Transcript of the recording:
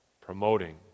promoting